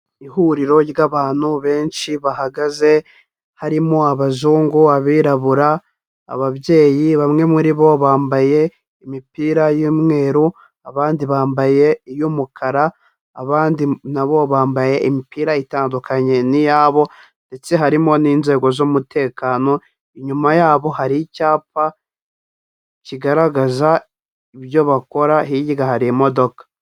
Ihuriro ry'abantu benshi bahagaze, harimo abazungu, abirabura, ababyeyi, bamwe muri bo bambaye imipira y'umweru, abandi bambaye iy'umukara, abandi na bo bambaye imipira itandukanye n'iyabo ndetse harimo n'inzego z'umutekano, inyuma yabo hari icyapa kigaragaza ibyo bakora, hirya hari imodoka.